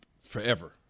forever